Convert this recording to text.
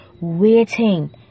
waiting